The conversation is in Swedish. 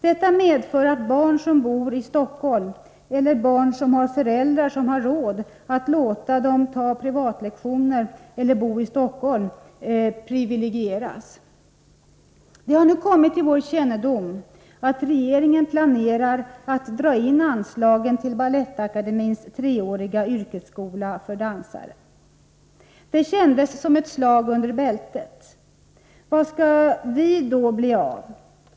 Detta medför att barn som bor i Stockholm eller barn som har föräldrar som har råd att låta dem ta privatlektioner eller bo i Stockholm privilegieras. Det har nu kommit till vår kännedom att regeringen planerar att dra in anslagen till Balettakademins treåriga yrkesskola för dansare. Det kändes som ett slag under bältet! Var ska vi då bli av?